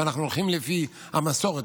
שאנחנו הולכים לפי המסורת,